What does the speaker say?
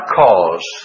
cause